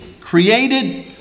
created